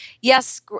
yes